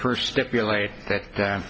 first stipulate that